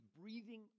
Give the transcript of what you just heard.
breathing